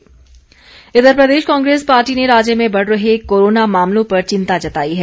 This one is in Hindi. कुलदीप राठौर इधर प्रदेश कांग्रेस पार्टी ने राज्य में बढ़ रहे कोरोना मामलों पर चिंता जताई है